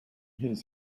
his